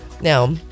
Now